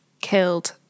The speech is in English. killed